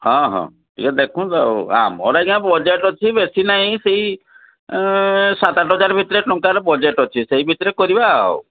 ହଁ ହଁ ଟିକିଏ ଦେଖନ୍ତୁ ଆଉ ଆମର ଆଜ୍ଞା ବଜେଟ୍ ଅଛି ବେଶୀ ନାହିଁ ସେଇ ସାତ ଆଠ ହଜାର ଭିତରେ ଟଙ୍କାର ବଜେଟ୍ ଅଛି ସେଇ ଭିତରେ କରିବା ଆଉ